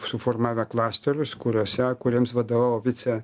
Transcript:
suformavę klasterius kuriuose kuriems vadovavo vice